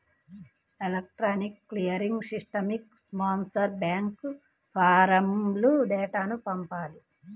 electronic clearing సిస్టమ్కి sponsor bank ఫారమ్లో డేటాను పంపాలి